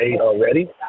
already